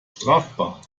strafbar